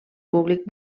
públic